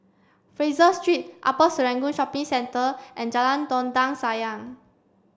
Fraser Street Upper Serangoon Shopping Centre and Jalan Dondang Sayang